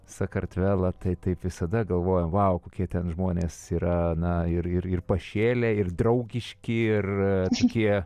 sakartvelą tai taip visada galvojam vau kokie ten žmonės yra na ir ir ir pašėlę ir draugiški ir tokie